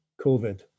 COVID